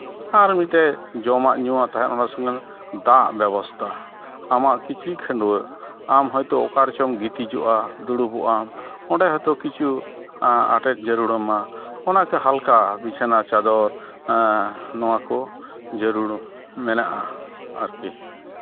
ᱟᱨ ᱢᱤᱫᱴᱮᱡ ᱡᱚᱢᱟᱜ ᱧᱩᱣᱟᱜ ᱛᱟᱦᱮᱱ ᱚᱱᱟ ᱥᱚᱝᱜᱮ ᱫᱟᱜ ᱵᱮᱵᱚᱥᱛᱷᱟ ᱟᱢᱟᱜ ᱠᱤᱪᱨᱤᱡ ᱠᱷᱟᱰᱩᱣᱟᱹᱜ ᱟᱢ ᱦᱚᱭᱛᱳ ᱚᱠᱟ ᱨᱮᱪᱚᱢ ᱜᱤᱛᱤᱡᱚᱜᱼᱟ ᱫᱩᱲᱩᱵᱚᱜ ᱟᱢ ᱚᱸᱰᱮ ᱦᱚᱭᱛᱳ ᱠᱤᱪᱷᱩ ᱟᱴᱮᱫ ᱡᱟᱹᱨᱩᱲᱟᱢᱟ ᱚᱱᱟ ᱦᱟᱞᱠᱟ ᱵᱤᱪᱷᱟᱱᱟ ᱪᱟᱫᱚᱨ ᱱᱚᱣᱟ ᱠᱚ ᱡᱟᱹᱨᱩᱲ ᱢᱮᱱᱟᱜᱼᱟ ᱟᱨᱠᱤ